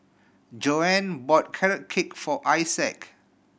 Joann bought Carrot Cake for Isaak